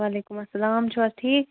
وعلیکُم اسلام تُہۍ چھِو حظ ٹھیٖک